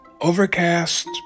Overcast